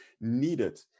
needed